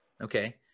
okay